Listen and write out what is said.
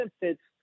benefits